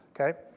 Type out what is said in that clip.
Okay